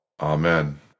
Amen